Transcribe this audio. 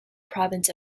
province